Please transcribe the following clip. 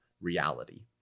reality